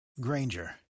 Granger